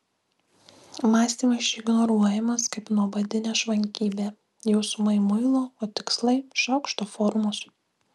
mąstymas čia ignoruojamas kaip nuobodi nešvankybė jausmai muilo o tikslai šaukšto formos